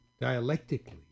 dialectically